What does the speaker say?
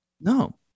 No